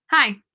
Hi